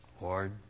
Lord